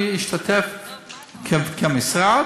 אני אשתתף כמשרד,